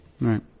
Right